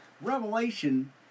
Revelation